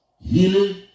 healing